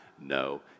No